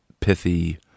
pithy